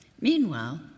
Meanwhile